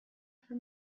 for